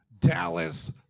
Dallas